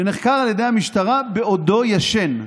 נחקר על ידי המשטרה בעודו ישן.